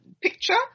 picture